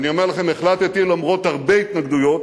אני אומר לכם, החלטתי למרות הרבה התנגדויות,